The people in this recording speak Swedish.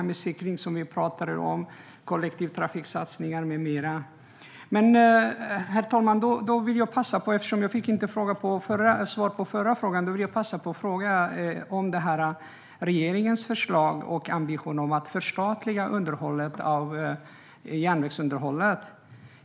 Vi har cykling, som vi pratade om, kollektivtrafiksatsningar med mera. Herr talman! Eftersom jag inte fick svar på min förra fråga vill jag passa på att fråga om regeringens förslag och ambition att förstatliga järnvägsunderhållet.